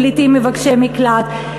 פליטים ומבקשי מקלט.